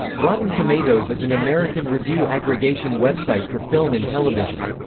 rotten tomatoes is an american review-aggregation website for film and television.